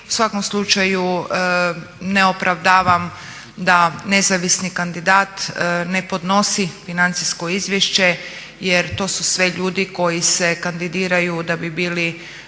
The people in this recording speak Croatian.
u svakom slučaju ne opravdavam da nezavisni kandidat ne podnosi financijsko izvješće jer to su sve ljudi koji se kandidiraju da bi bili